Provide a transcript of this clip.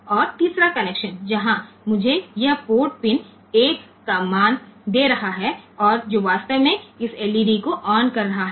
और तीसरा कनेक्शन जहां मुझे यह पोर्ट पिन 1 का मान दे रहा है और जो वास्तव में इस एलईडी को ऑन कर रहा है